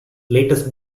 latest